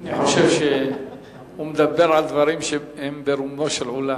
אני חושב שהוא מדבר על דברים שהם ברומו של עולם.